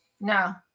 No